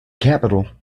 capital